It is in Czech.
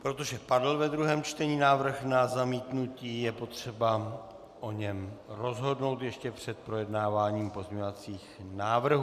Protože padl ve druhém čtení návrh na zamítnutí, je potřeba o něm rozhodnout ještě před projednáváním pozměňovacích návrhů.